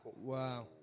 Wow